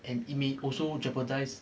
and it may also jeopardise